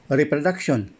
reproduction